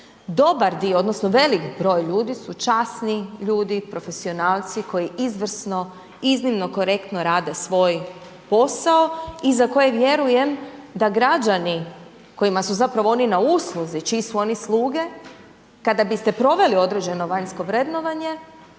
dobar dio odnosno velik broj ljudi su časni ljudi, profesionalci koji izvrsno, iznimno korektno rade svoj posao i za koje vjerujem da građani kojima su zapravo oni na usluzi, čiji su oni sluge, kada biste proveli određeno vanjsko vrednovanje,